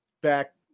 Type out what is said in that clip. back